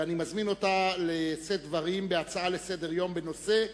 ואני מזמין אותה לשאת דברים בהצעה לסדר-היום בנושא: